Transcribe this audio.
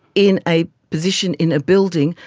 in a position in a building,